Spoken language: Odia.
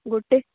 ଗୋଟେ